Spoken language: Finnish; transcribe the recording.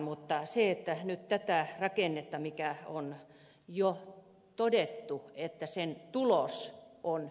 mutta tästä rakenteesta mistä on jo todettu että sen tulos on